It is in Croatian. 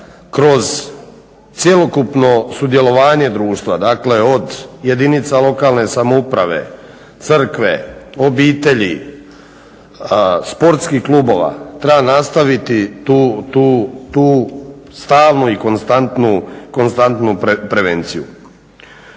kroz cjelokupno sudjelovanje društva, dakle od jedinica lokalne samouprave, crkve, obitelji, sportskih klubova, treba nastaviti tu stalnu i konstantu prevenciju.